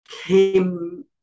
came